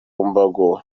mbago